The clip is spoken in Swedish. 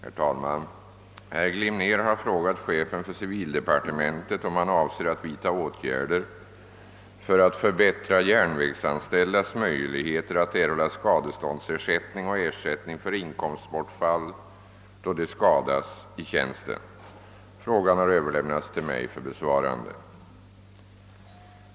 Herr talman! Herr Glimnér har frågat chefen för civildepartementet om han avser att vidta åtgärder för att förbättra järnvägsanställdas möjligheter att erhålla skadeståndsersättning och ersättning för inkomstbortfall då de skadas i tjänsten. Frågan har överlämnats till mig för besvarande.